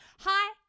Hi